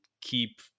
keep